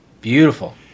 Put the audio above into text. Beautiful